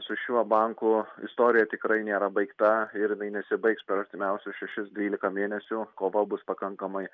su šiuo banku istorija tikrai nėra baigta ir inai nesibaigs per artimiausius šešis dvylika mėnesių kova bus pakankamai